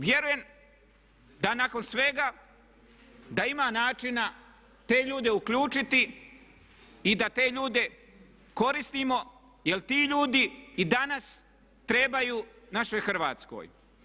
Vjerujem da nakon svega da ima načina te ljude uključiti i da te ljude koristimo jer ti ljudi i danas trebaju našoj Hrvatskoj.